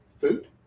food